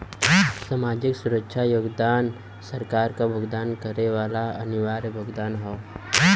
सामाजिक सुरक्षा योगदान सरकार क भुगतान करे वाला अनिवार्य भुगतान हौ